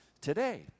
today